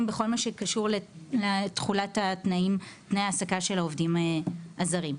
בכל מה שקשור לתחולת תנאי ההעסקה של העובדים הזרים.